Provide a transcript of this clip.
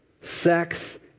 sex